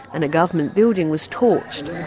and a government building was torched.